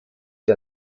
der